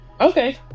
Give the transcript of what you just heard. Okay